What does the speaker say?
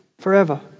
forever